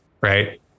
Right